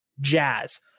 jazz